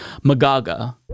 Magaga